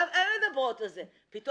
פתאום הן מדברות על זה,